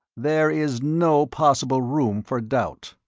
there is no possible room for doubt.